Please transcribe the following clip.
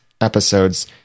episodes